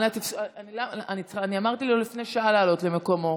אני אמרתי לו לפני שעה לעלות למקומו.